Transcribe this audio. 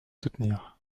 soutenir